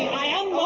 i am